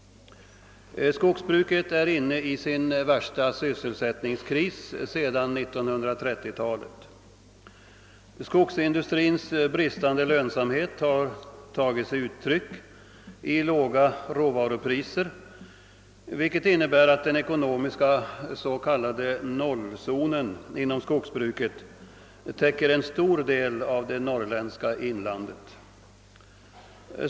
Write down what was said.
Skogsbruket är inne i sin värsta sysselsättningskris sedan 1930 talet. Skogsindustrins bristande lönsamhet har tagit sig uttryck i låga råvarupriser, vilket innebär att den ekonomiska s.k. nollzonen täcker en stor del av det norrländska inlandet.